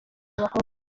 abakobwa